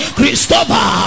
Christopher